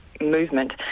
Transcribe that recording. movement